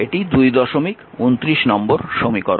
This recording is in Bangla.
এটি 229 নম্বর সমীকরণ